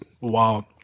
Wow